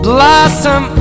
Blossom